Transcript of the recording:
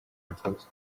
mutuzo